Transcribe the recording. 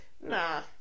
Nah